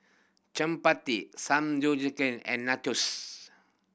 Chapati and Nachos